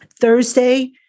Thursday